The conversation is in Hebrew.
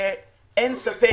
אין ספק